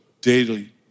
daily